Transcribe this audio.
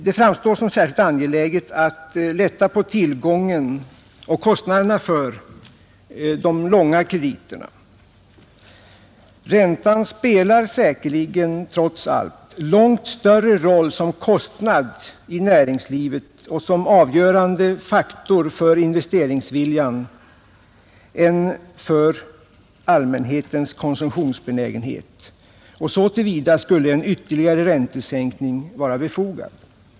Det framstår som särskilt angeläget att lätta på tillgången på och kostnaderna för de långa krediterna. Räntan spelar säkerligen trots allt långt större roll för näringslivet som kostnad och som avgörande faktor för investeringsviljan än för allmänhetens konsumtionsbenägenhet. Så till vida skulle en ytterligare räntesänkning vara befogad.